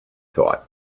thought